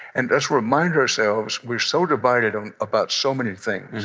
and let's remind ourselves we're so divided about so many things.